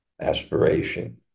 aspiration